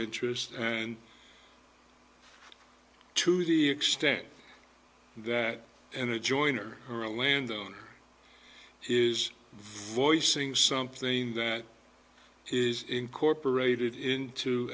interest and to the extent that in a joiner or a landowner is voicing something that is incorporated into